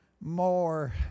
more